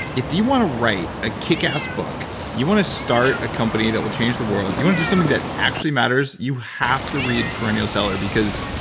if you want to write a kick-ass book, you want to start a company that will change the world, you want to do something that actually matters, you have to read perennial seller because,